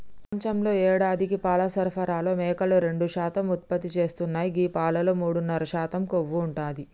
ప్రపంచంలో యేడాదికి పాల సరఫరాలో మేకలు రెండు శాతం ఉత్పత్తి చేస్తున్నాయి గీ పాలలో మూడున్నర శాతం కొవ్వు ఉంటది